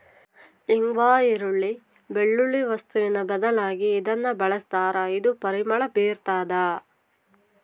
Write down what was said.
ಇಂಗ್ವಾ ಈರುಳ್ಳಿ, ಬೆಳ್ಳುಳ್ಳಿ ವಸ್ತುವಿನ ಬದಲಾಗಿ ಇದನ್ನ ಬಳಸ್ತಾರ ಇದು ಪರಿಮಳ ಬೀರ್ತಾದ